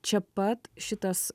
čia pat šitas